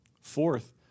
Fourth